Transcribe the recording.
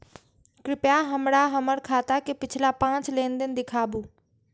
कृपया हमरा हमर खाता के पिछला पांच लेन देन दिखाबू